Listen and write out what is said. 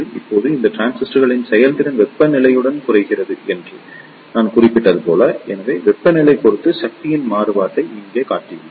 இப்போது இந்த டிரான்சிஸ்டர்களின் செயல்திறன் வெப்பநிலையுடன் குறைகிறது என்று நான் குறிப்பிட்டது போல எனவே வெப்பநிலையைப் பொறுத்து சக்தியின் மாறுபாட்டை இங்கே காட்டியுள்ளேன்